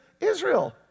Israel